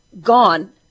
gone